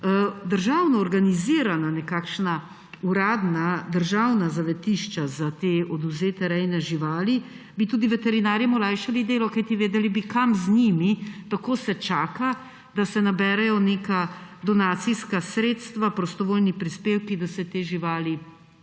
državno organizirana nekakšna uradna državna zavetišča za odvzete rejne živali, bi tudi veterinarjem olajšali delo, kajti vedeli bi, kam z njimi. Tako se čaka, da se naberejo neka donacijska sredstva, prostovoljni prispevki, da se te živali